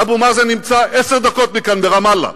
אבו מאזן נמצא עשר דקות מכאן, ברמאללה,